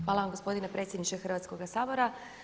Hvala vam gospodine predsjedniče Hrvatskoga sabora.